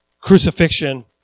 crucifixion